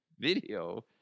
video